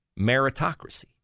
Meritocracy